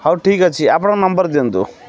ହଉ ଠିକ୍ ଅଛି ଆପଣଙ୍କ ନମ୍ବର୍ ଦିଅନ୍ତୁ